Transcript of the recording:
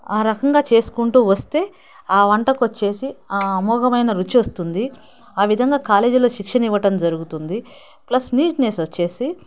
ఆ రకంగా చేసుకుంటూ వస్తే ఆ వంటకి వచ్చేసి ఆ అమోఘమైన రుచి వస్తుంది ఆ విధంగా కాలేజీలో శిక్షణ ఇవ్వడం జరుగుతుంది ప్లస్ నీట్నెస్ వచ్చేసి